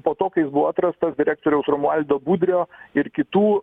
po to kai jis buvo atrastas direktoriaus romualdo budrio ir kitų